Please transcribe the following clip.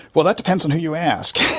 well, that depends on who you ask.